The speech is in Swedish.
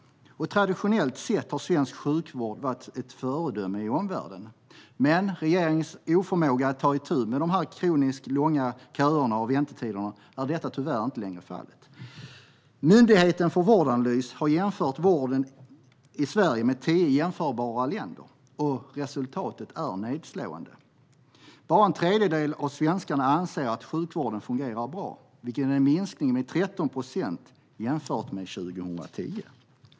Traditionellt sett har svensk sjukvård varit ett föredöme i omvärlden. Men på grund av regeringens oförmåga att ta itu med de kroniskt långa köerna och väntetiderna är så tyvärr inte längre fallet. Myndigheten för vård och omsorgsanalys har jämfört vården i Sverige med vården i tio jämförbara länder. Resultatet är nedslående. Bara en tredjedel av svenskarna anser att sjukvården fungerar bra. Det är en minskning med 13 procent jämfört med 2010.